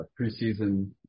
preseason